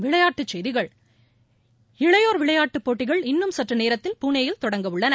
விளையாட்டுச் செய்திகள் இளையோர் விளையாட்டுப் போட்டிகள் இன்னும் சற்று நேரத்தில் புனேயில் தொடங்க உள்ளன